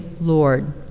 Lord